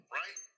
right